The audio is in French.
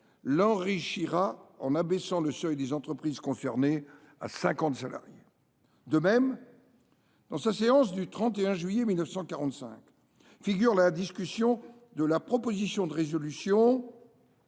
l’enrichira en abaissant le seuil des entreprises concernées à cinquante salariés. De même, lors de la séance du 31 juillet 1945, sera discutée la proposition de résolution